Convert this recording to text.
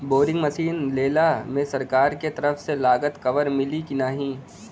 Boring machine लेला मे सरकार के तरफ से लागत कवर मिली की नाही?